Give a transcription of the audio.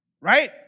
right